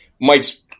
mike's